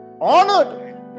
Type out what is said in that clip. Honored